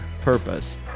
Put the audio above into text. purpose